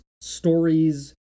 stories